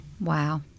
Wow